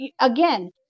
again